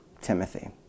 Timothy